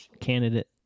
candidate